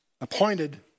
appointed